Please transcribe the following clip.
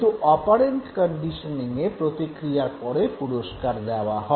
কিন্তু অপারেন্ট কন্ডিশনিঙে প্রতিক্রিয়ার পরে পুরস্কার দেওয়া হয়